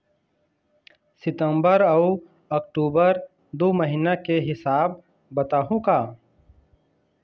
सितंबर अऊ अक्टूबर दू महीना के हिसाब बताहुं का?